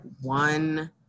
one